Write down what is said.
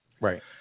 right